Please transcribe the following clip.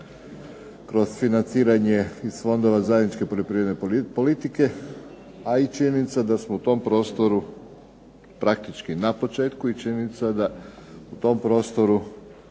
kroz financiranje iz fondova zajedničke poljoprivredne politike a i činjenica da smo u tom prostoru praktički na početku i činjenica da u tom prostoru